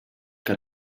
que